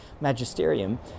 magisterium